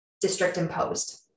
district-imposed